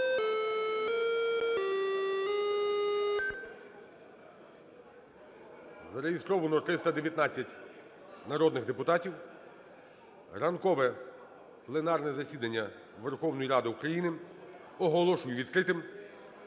Зареєстровано 319 народних депутатів. Ранкове пленарне засідання Верховної Ради України оголошую відкритим.